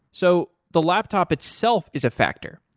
so the laptop itself is a factor.